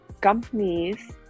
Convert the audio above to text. companies